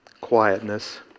quietness